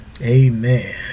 Amen